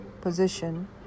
position